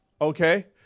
Okay